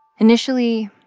initially,